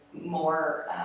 more